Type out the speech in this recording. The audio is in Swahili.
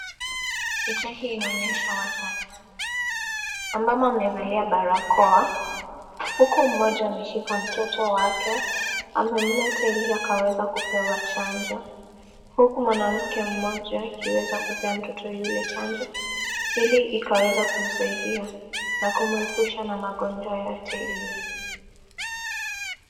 Picha hii inaonyesha watu watano ambamo wamevalia barakoa huku mmoja ameshika mtoto wake amemleta ili akaweza kupewa chanjo huku mwanamke mmoja akiweza kupea mtoto yule chanjo ili ikaweza kumsaidia na kumwepusha na magonjwa yeyote ile.